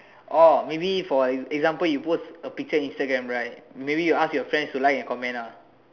oh maybe for like example you post a picture on Instagram right maybe you ask your friends to like and comment ah